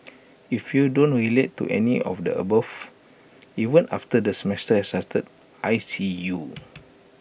if you don't relate to any of the above even after the semester has started I see you